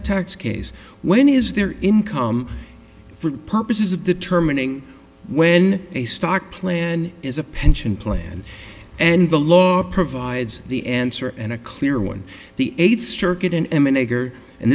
a tax case when he is their income for purposes of determining when a stock plan is a pension plan and the law provides the answer and a clear one the eight circuit in